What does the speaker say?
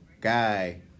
guy